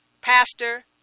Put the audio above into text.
Pastor